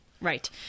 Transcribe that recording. Right